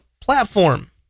Platform